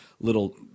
little